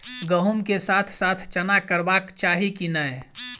गहुम केँ साथ साथ चना करबाक चाहि की नै?